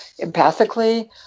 empathically